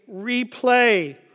replay